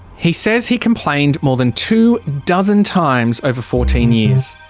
he says he complained more than two dozen times over fourteen years.